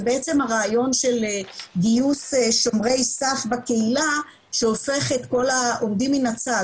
זה בעצם הרעיון של גיוס שומרי סף בקהילה שחופף את כל העומדים מן הצד,